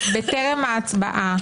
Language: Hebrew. בטרם ההצבעה,